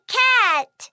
cat